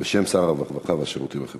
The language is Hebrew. בשם שר הרווחה והשירותים החברתיים.